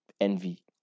envy